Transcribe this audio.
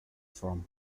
from